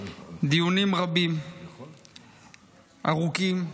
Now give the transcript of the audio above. דיונים רבים, ארוכים.